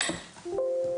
אני מודה לך על שיתוף הפעולה.